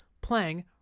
playing